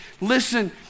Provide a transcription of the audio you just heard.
Listen